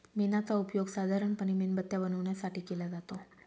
मेणाचा उपयोग साधारणपणे मेणबत्त्या बनवण्यासाठी केला जातो